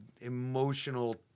emotional